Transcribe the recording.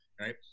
right